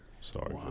Sorry